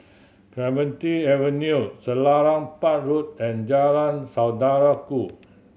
Clementi Avenue Selarang Park Road and Jalan Saudara Ku